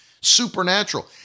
Supernatural